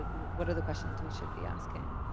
what are the questions we should be asking?